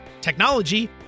technology